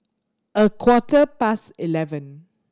a quarter past eleven